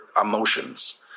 emotions